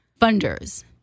funders